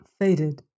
faded